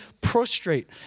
prostrate